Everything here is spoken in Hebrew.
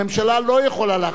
הממשלה לא יכולה להכתיב.